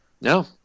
no